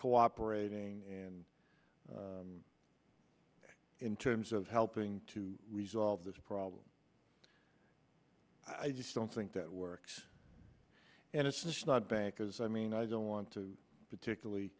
cooperating and in terms of helping to resolve this problem i just don't think that works and it's not bankers i mean i don't want to particularly